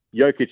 Jokic